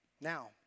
Now